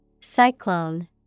Cyclone